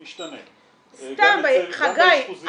משתנה -- חגי,